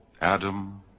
adam